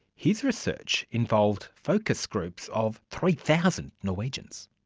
his research involved focus groups of three thousand norwegians.